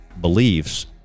beliefs